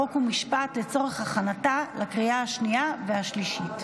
חוק ומשפט לצורך הכנתה לקריאה השנייה והשלישית.